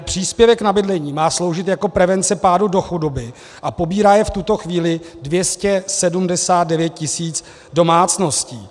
Příspěvek na bydlení má sloužit jako prevence pádu do chudoby a pobírá jej v tuto chvíli 279 tisíc domácností.